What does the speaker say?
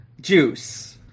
juice